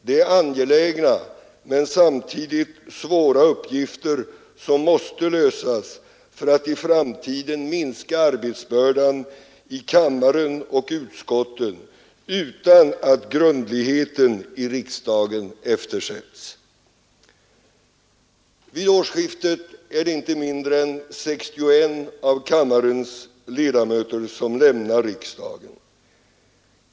Det är angelägna men samtidigt svåra uppgifter som måste lösas för att i framtiden minska arbetsbördan i kammaren och utskotten utan att grundligheten i riksdagen eftersätts. Vid årsskiftet är det inte mindre än 61 av kammarens ledamöter som lämnar riksdagen.